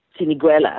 siniguelas